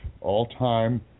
all-time